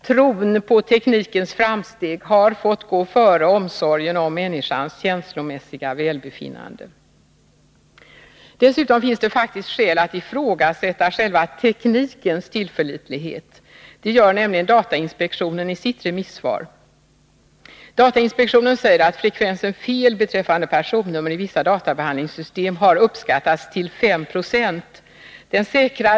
Tron på teknikens framsteg har fått gå före omsorgen om människans känslomässiga välbefinnande. Dessutom finns det faktiskt skäl att ifrågasätta själva teknikens tillförlitlighet. Det gör nämligen datainspektionen i sitt remissvar. Datainspektionen säger att frekvensen fel beträffande personnummer i vissa databehandlingssystem har uppskattats till 5 260.